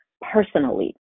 personally